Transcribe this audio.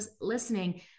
listening